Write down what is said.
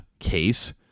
case